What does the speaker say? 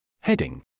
Heading